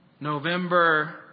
November